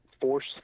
force